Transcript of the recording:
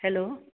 hello